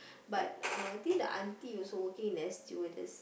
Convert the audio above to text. but uh I think the auntie also working in air stewardess